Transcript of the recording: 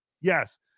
Yes